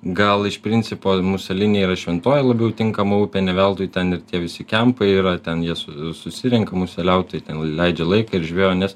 gal iš principo muselinei yra šventoji labiau tinkama upė ne veltui ten ir tie visi kempai yra ten jie su susirenka museliaut tai ten leidžia laiką ir žvejoja nes